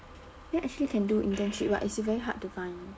then actually can do internship but it's very hard to find